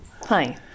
hi